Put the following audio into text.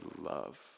love